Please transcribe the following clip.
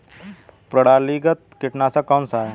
प्रणालीगत कीटनाशक कौन सा है?